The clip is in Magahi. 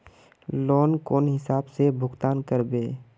लोन कौन हिसाब से भुगतान करबे?